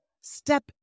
Step